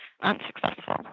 unsuccessful